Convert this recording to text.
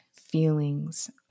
feelings